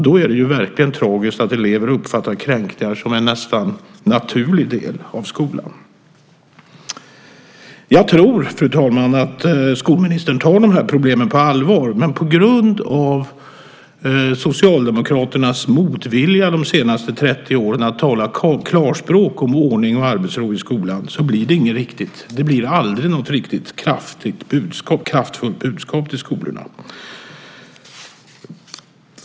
Det är verkligen tragiskt att elever uppfattar kränkningar som en nästan naturlig del av skolan. Jag tror, fru talman, att skolministern tar de här problemen på allvar, men på grund av Socialdemokraternas motvilja de senaste 30 åren att tala klarspråk om ordning och arbetsro i skolan blir det aldrig något riktigt kraftigt budskap till skolorna.